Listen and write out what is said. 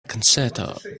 concerto